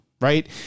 right